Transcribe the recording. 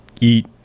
eat